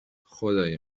خدای